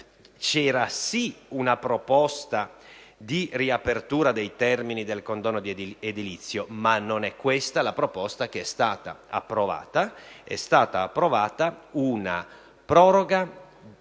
c'era, sì, una proposta di riapertura dei termini del condono edilizio, ma non è questa la proposta che è stata approvata. È stata approvata, infatti, una